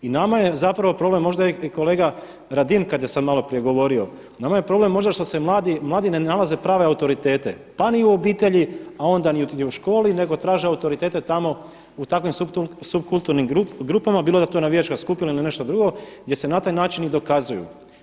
I nama je zapravo problem, možda je i kolega Radin, kada je sada malo prije govorio, nama je problem možda što mladi ne nalaze prave autoritete pa ni u obitelji a onda niti ni u školi nego traže autoritete tamo u takvim supkulturnim grupama, bilo da je to navijačka skupina ili nešto drugo gdje se na taj način i dokazuju.